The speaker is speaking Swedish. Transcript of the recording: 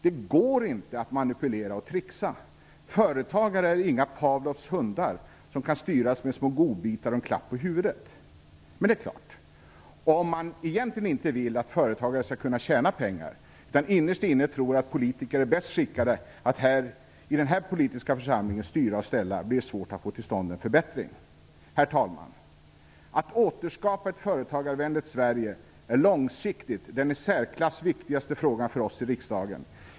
Det går inte att manipulera och tricksa. Företagare är inga Pavlovs hundar som kan styras med små godbitar och en klapp på huvudet. Men det är klart, om man egentligen inte vill att företagare skall kunna tjäna pengar, utan innerst inne tror att vi politiker är bäst skickade att i den här församlingen styra och ställa, blir det svårt att få till stånd en förbättring. Herr talman! Att återskapa ett företagarvänligt Sverige är långsiktigt den i särklass viktigaste frågan för oss i riksdagen.